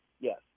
Yes